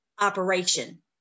operation